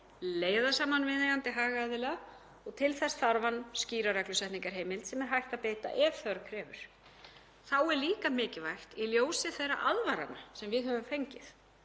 leiða saman viðeigandi hagaðila og til þess þarf hann skýra reglusetningarheimild sem er hægt að beita ef þörf krefur. Þá er líka mikilvægt í ljósi þeirra aðvarana sem við höfum fengið,